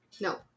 no